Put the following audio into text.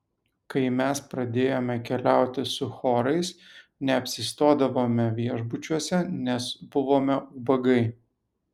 kai mes pradėjome keliauti su chorais neapsistodavome viešbučiuose nes buvome ubagai